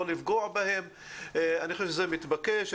לא לפגוע בו ואני חושב שזה מתבקש.